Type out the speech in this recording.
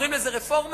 קוראים לזה רפורמה,